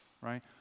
right